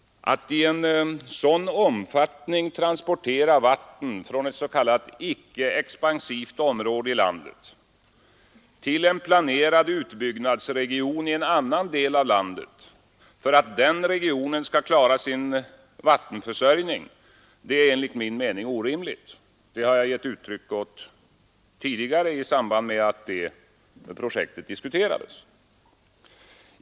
Att i en sådan omfattning transportera vatten från ett s.k. icke expansivt område i landet till en planerad utbyggnadsregion i en annan del av landet för att den regionen skall klara sin vattenförsörjning är enligt min mening orimligt. Det har jag givit uttryck åt tidigare i samband med att det projektet diskuterades.